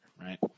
right